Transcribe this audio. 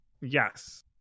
Yes